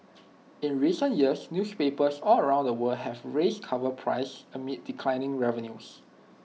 in recent years newspapers all around the world have raised cover prices amid declining revenues